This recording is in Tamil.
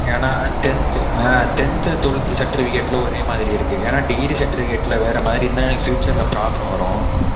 ஏன்னா டென்த்து ஆ டென்த்து டுவெல்த்து சர்ட்டிஃபிக்கேட்டில் ஒரே மாதிரி இருக்கு ஏன்னா டிகிரி சர்ட்டிஃபிக்கேட்டில் வேறமாதிரி இருந்தால் எனக்கு ஃபியூச்சரில் ப்ராப்ளம் வரும்